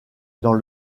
dans